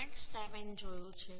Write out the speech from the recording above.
7 જોયું છે